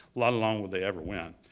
let alone will they ever win.